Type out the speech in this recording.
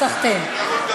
סחתיין.